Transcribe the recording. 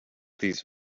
these